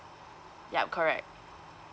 yup correct